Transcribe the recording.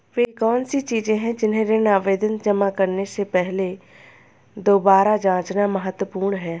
वे कौन सी चीजें हैं जिन्हें ऋण आवेदन जमा करने से पहले दोबारा जांचना महत्वपूर्ण है?